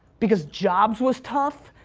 because jobs was tough,